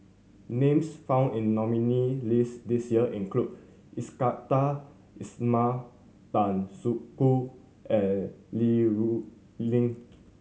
names found in the nominees' list this year include Iskandar Ismail Tan Soo Khoon and Li Rulin